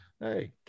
Hey